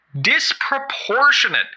Disproportionate